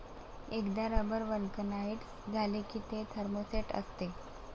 एकदा rubber vulcanise झाले की ते थर्मोसेट असते